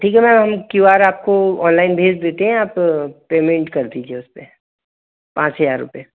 ठीक है मैम हम क्यू आर आपको ऑनलाइन भेज देते हैं आप पेमेंट कर दीजिए उस पर पाँच हज़ार रुपये